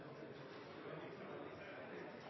har